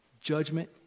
Judgment